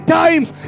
times